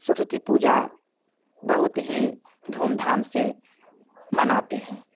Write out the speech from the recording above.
सरस्वती पूजा बहुत ही धूम धाम से मनाते हैं